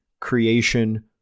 creation